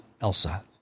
Elsa